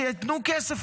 שייתנו כסף,